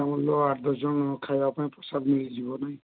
ସମୁଦାୟ ଆଠ ଦଶ ଜଣ ଖାଇବାପାଇଁ ପ୍ରସାଦ ମିଳିଯିବ ନାଇ